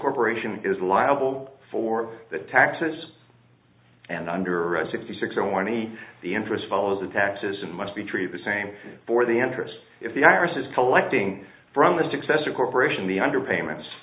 corporation is liable for the taxes and under right sixty six and twenty the interest follows the taxes and must be treated the same for the answers if the i r s is collecting from the successor corporation the under payments